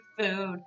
food